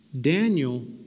Daniel